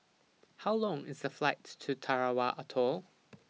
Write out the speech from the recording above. How Long IS The Flight to Tarawa Atoll